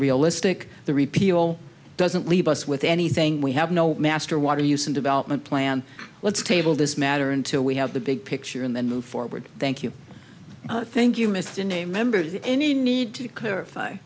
realistic the repeal doesn't leave us with anything we have no master water use in development plan let's table this matter until we have the big picture and then move forward thank you thank you mr been a member of any need to clarify